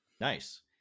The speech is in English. Nice